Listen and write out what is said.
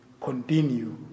continue